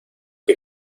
que